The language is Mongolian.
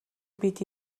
бид